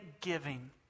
giving